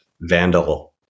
Vandal